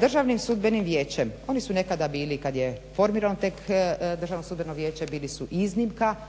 Državnim sudbenim vijećem, oni su nekada bili kad je tek formirano tek Državno sudbeno vijeće, bili su iznimka,